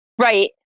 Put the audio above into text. Right